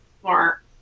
smart